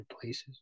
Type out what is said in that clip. places